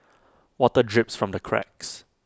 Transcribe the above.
water drips from the cracks